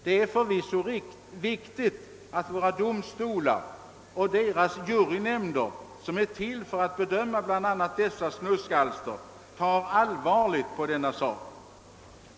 Det är förvisso viktigt att våra domstolar och deras juryer, som är till för att bedöma bl.a. dessa skrifter, tar allvarligt på denna sak.